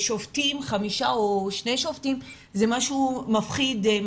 חמישה או שני שופטים זה משהו מפחיד,